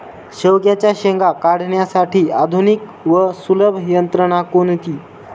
शेवग्याच्या शेंगा काढण्यासाठी आधुनिक व सुलभ यंत्रणा कोणती?